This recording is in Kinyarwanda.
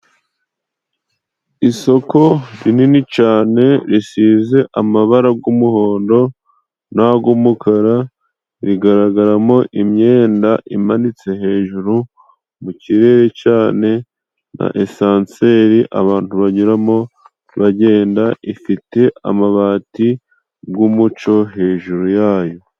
Isoko rinini cyane risize amabara g'umuhondo n'agumukara. Rigaragaramo imyenda imanitse hejuru mu kirere cyane, na esanseri abantu banyuramo bagenda ifite amabati g'umucyo hejuru yayo.